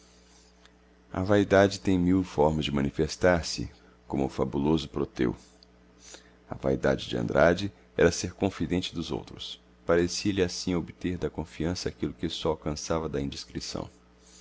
a vaidade tem mil formas de manifestar-se como o fabuloso proteu a vaidade de andrade era ser confidente dos outros parecia-lhe assim obter da confiança aquilo que só alcançava da indiscrição